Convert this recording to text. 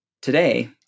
Today